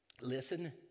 Listen